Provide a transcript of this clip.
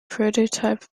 prototype